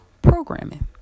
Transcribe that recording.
Programming